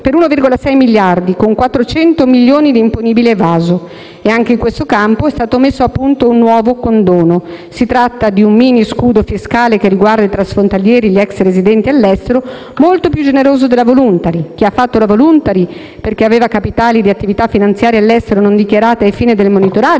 per 1,6 miliardi con 400 milioni di imponibile evaso. Anche in questo campo è stato messo a punto un nuovo condono: si tratta di un mini scudo che riguarda i transfrontalieri e gli ex residenti all'estero molto più generoso della *voluntary disclosure*. Infatti, chi ha fatto la *voluntary* perché aveva capitali di attività finanziarie all'estero non dichiarate ai fini del monitoraggio